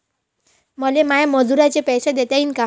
मले माया मजुराचे पैसे देता येईन का?